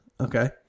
Okay